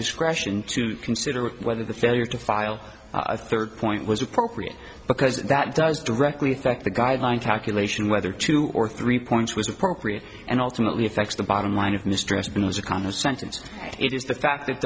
discretion to consider whether the failure to file a third point was appropriate because that does directly think the guideline calculation whether two or three points was appropriate and ultimately affects the bottom line of mistrust and was a calmer sentence it is the fact that